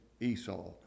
Esau